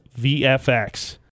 VFX